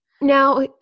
now